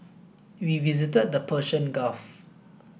we visited the Persian Gulf